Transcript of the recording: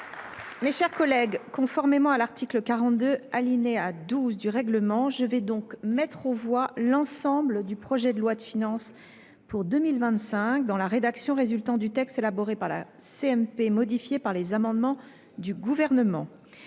Mes chers collègues, conformément à l’article 42, alinéa 12, du règlement, je vais mettre aux voix l’ensemble du projet de loi de finances pour 2025 dans la rédaction résultant du texte élaboré par la commission mixte paritaire, modifié par les amendements du Gouvernement.